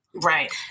right